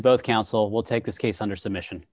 to both counsel will take this case under submission